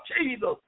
Jesus